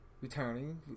returning